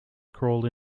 crawled